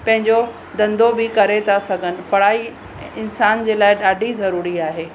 पंहिंजो धंधो बि करे था सघनि पढ़ाई इंसान जे लाइ ॾाढी ज़रूरी आहे